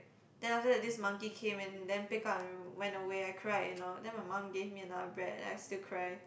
then after that this monkey came and then pick up and went away I cried and all then my mum gave me another bread and I still cry